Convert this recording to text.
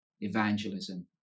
evangelism